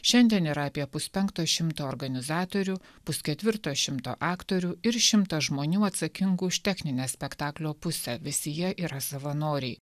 šiandien yra apie puspenkto šimto organizatorių pusketvirto šimto aktorių ir šimtas žmonių atsakingų už techninę spektaklio pusę visi jie yra savanoriai